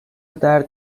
درد